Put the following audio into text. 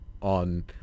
on